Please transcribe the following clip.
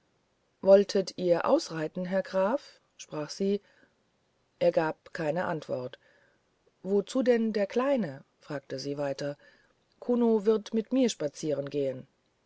wolltet ihr ausreiten herr graf sprach sie er gab keine antwort wozu denn den kleinen fragte sie weiter kuno wird mit mir